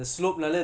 சரி:sari